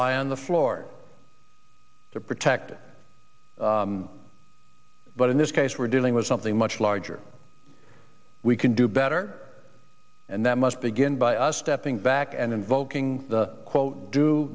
lie on the floor to protect it but in this case we're dealing with something much larger we can do better and that must begin by us stepping back and invoking the quote do